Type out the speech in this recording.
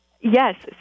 Yes